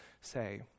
say